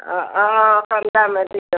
अ हँ हँ अपन बिचारमे ठीक छथिन